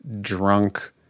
Drunk